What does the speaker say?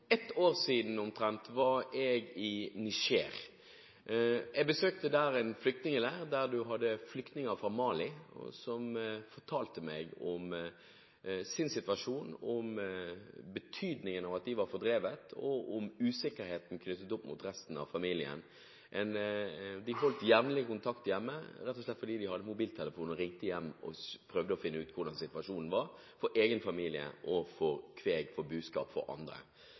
ett år siden var jeg i Niger. Jeg besøkte der en flyktningleir der flyktninger fra Mali fortalte meg om sin situasjon, om betydningen av at de var fordrevet, og om usikkerheten knyttet opp mot resten av familien. De holdt jevnlig kontakt med dem hjemme rett og slett fordi de hadde mobiltelefon og ringte hjem og prøvde å finne ut hvordan situasjonen var for egen familie, for kveg, for buskap og for andre.